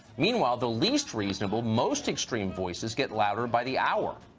meanwhile the least reasonable, most extreme voices get louder by the hour.